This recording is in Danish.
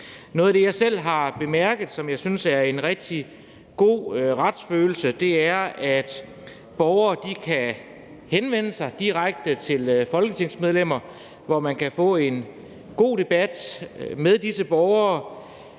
Noget af det, jeg selv har bemærket, og som jeg synes giver en rigtig god retsfølelse, er, at borgere kan henvende sig direkte til folketingsmedlemmer, så man kan få en god debat med disse borgere.